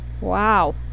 Wow